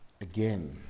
again